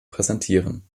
präsentieren